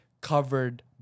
covered